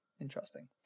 Interesting